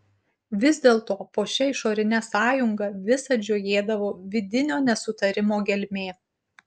vis dėlto po šia išorine sąjunga visad žiojėdavo vidinio nesutarimo gelmė